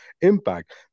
impact